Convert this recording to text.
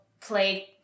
played